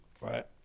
right